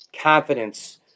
confidence